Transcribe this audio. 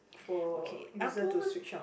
for user to switch out